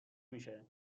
میشه